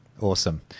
Awesome